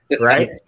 right